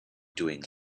doing